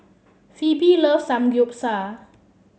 Phoebe loves Samgeyopsal